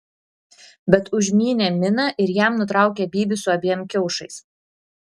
bet užmynė miną ir jam nutraukė bybį su abiem kiaušais